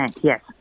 yes